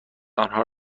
آنها